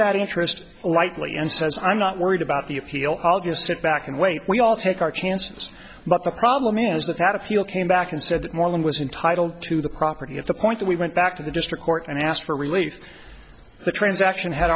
that interest lightly and says i'm not worried about the appeal i'll just sit back and wait we all take our chances but the problem is that that appeal came back and said more than was entitle to the property at the point that we went back to the district court and asked for relief the transaction had